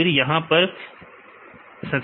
तो फिर यहां पर सेंसटिविटी क्या होगी